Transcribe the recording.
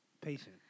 Patient